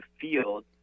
field